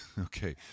Okay